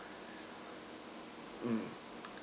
mm